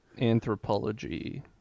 Anthropology